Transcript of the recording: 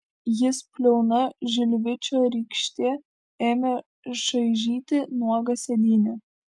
jis plona liauna žilvičio rykšte ėmė čaižyti nuogą sėdynę